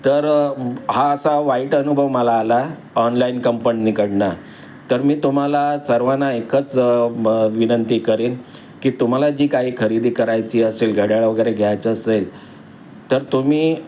तर हा असा वाईट अनुभव मला आला ऑनलाईन कंपनीकडनं तर मी तुम्हाला सर्वांना एकच म विनंती करेन की तुम्हाला जी काही खरेदी करायची असेल घड्याळ वगैरे घ्यायचं असेल तर तुम्ही